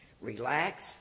Relax